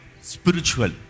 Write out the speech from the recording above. spiritual